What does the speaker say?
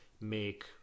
make